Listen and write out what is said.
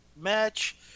match